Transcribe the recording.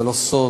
זה לא סוד.